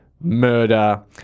murder